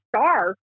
Star